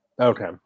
Okay